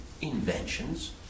inventions